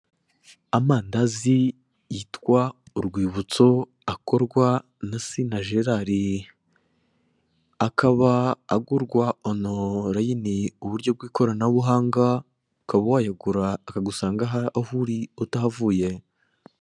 Amandazi yitwa urwibutso akorwa na Sina Gerard akaba agurwa onorayini uburyo bw'ikoranabuhanga, ukaba wayagura akagusanga aho uri utahavuye.